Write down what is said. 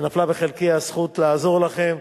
שנפלה בחלקי הזכות לעזור לכם,